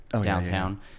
downtown